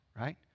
Right